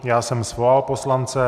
Já jsem svolal poslance.